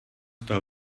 toho